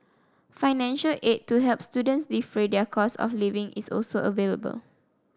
financial aid to help students defray their costs of living is also available